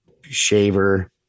shaver